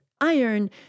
iron